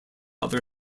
other